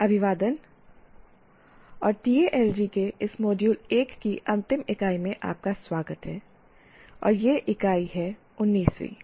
अभिवादन और TALG के इस मॉड्यूल 1 की अंतिम इकाई में आपका स्वागत है और यह इकाई है 19 वीं इकाई